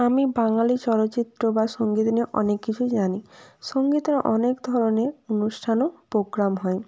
আমি বাঙালি চলচিত্র বা সঙ্গীত নিয়ে অনেক কিছু জানি সঙ্গীতের অনেক ধরনের অনুষ্ঠান ও পোগ্রাম হয়